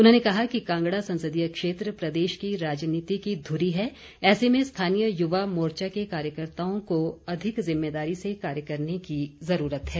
उन्होंने कहा कि कांगड़ा संसदीय क्षेत्र प्रदेश की राजनीति की धुरी है ऐसे में स्थानीय युवा मोर्चा के कार्यकर्ताओं को अधिक ज़िम्मेदारी से कार्य करने की ज़रूरत है